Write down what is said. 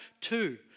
two